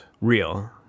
real